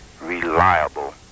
reliable